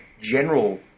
general